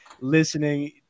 listening